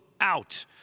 out